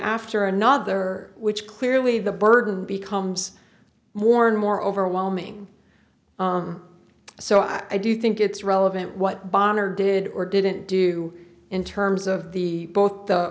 after another which clearly the burden becomes more and more overwhelming so i do think it's relevant what balmer did or didn't do in terms of the both the